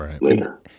later